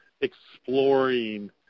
exploring